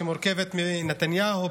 שמורכבת מנתניהו,